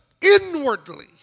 inwardly